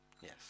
Yes